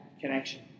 connection